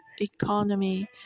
economy